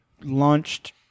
launched